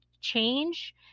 change